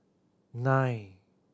nine